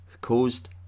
caused